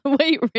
Wait